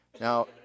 Now